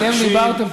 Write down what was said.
אתם דיברתם,